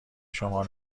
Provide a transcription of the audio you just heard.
شما